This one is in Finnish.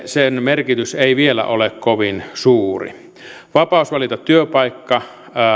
sen merkitys ei vielä ole kovin suuri vapaus valita työpaikka